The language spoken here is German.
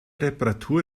reparatur